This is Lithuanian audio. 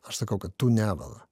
aš sakau kad tu nevala